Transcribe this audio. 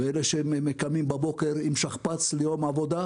והם אלה שקמים בבוקר ליום עבודה עם שכפ"ץ,